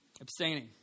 Abstaining